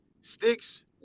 Sticks